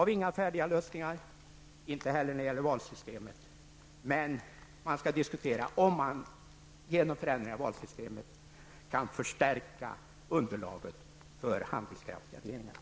Vi har inga färdiga lösningar på det området och inte heller när det gäller valsystemet, men man skall diskutera om man genom förändringar i valsystemet kan förstärka underlaget för handlingskraftiga regeringar.